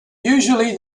usually